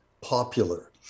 popular